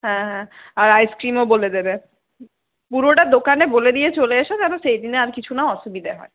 হ্যাঁ হ্যাঁ আর আইসক্রীমও বলে দেবে পুরোটা দোকানে বলে দিয়ে চলে এসো যেন সেই দিনে আর কিছু না অসুবিধে হয়